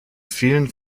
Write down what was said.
vielen